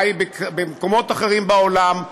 הוא חי במקומות אחרים בעולם,